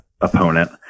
opponent